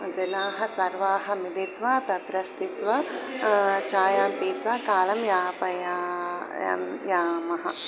जनाः सर्वे मिलित्वा तत्र स्थित्वा चायं पीत्वा कालं यापया यं यामः